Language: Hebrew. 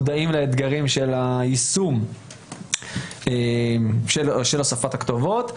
מודעים לאתגרים של יישום הוספת הכתובות.